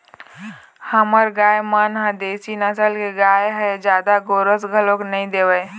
हमर गाय मन ह देशी नसल के गाय हे जादा गोरस घलोक नइ देवय